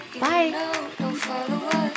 Bye